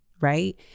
right